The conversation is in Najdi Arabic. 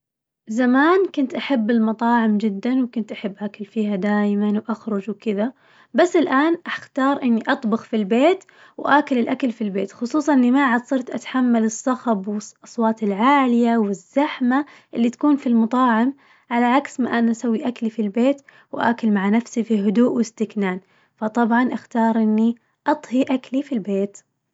زمان كنت أحب المطاعم جداً وكنت أحب آكل فيها دايماً وأخرج وكذا، بس الآن أختار إني أطبخ في البيت وآكل الأكل في البيت خصوصاً إني ما عد صرت أتحمل الصخب والص- الأصوات العالية والزحمة، اللي تكون في المطاعم على عكس ما أنا أسوي أكلي في البيت وآكل مع نفسي في هدوء واستكنان، فطبعاً أختار إني أطهي أكلي في البيت.